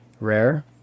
rare